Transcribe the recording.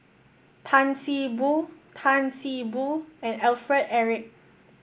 Tan See Boo Tan See Boo and Alfred Eric